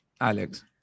Alex